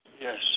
Yes